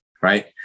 right